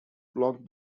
blocked